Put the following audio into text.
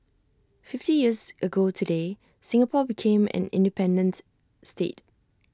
fifty years ago today Singapore became an independents state